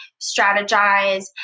strategize